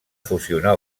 fusionar